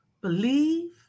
Believe